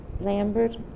Lambert